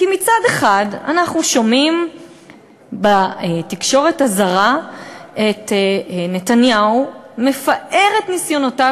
כי מצד אחד אנחנו שומעים בתקשורת הזרה את נתניהו מפאר את ניסיונותיו